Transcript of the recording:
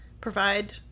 provide